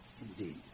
Indeed